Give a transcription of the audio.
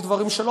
ימני.